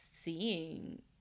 seeing